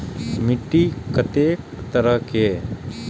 मिट्टी कतेक तरह के?